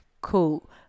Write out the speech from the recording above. Cool